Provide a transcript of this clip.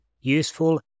useful